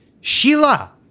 Sheila